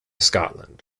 scotland